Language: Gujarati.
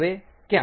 હવે ક્યા